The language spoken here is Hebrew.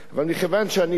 אבל מכיוון שאני פה,